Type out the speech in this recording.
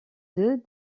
deux